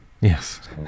Yes